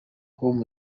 com